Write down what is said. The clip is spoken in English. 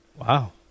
Wow